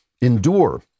endure